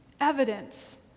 evidence